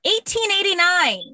1889